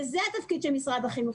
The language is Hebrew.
וזה התפקיד של משרד החינוך.